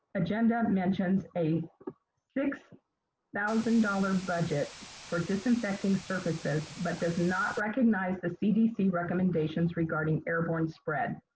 agenda mentions a six thousand dollars budget for disinfecting surfaces, but does not recognize the cdc's recommendations regarding airborne spread,